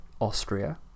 Austria